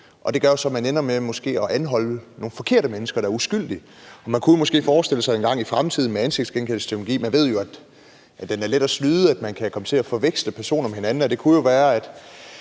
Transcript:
og det gør jo så, at man måske ender med at anholde nogle forkerte mennesker, der er uskyldige. Vi kunne måske forestille os, at man engang i fremtiden med ansigtsgenkendelsesteknologi – vi ved jo, at den er let at snyde – kan komme til at forveksle personer med hinanden,